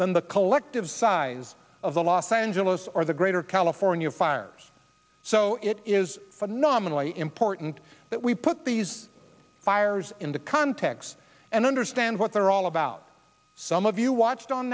than the collective size of the los angeles or the greater california fires so it is phenomenally important that we put these fires into context and understand what they're all about some of you watched on